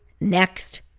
next